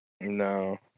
No